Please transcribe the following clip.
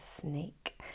snake